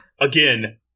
again